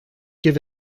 give